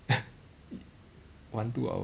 one two hours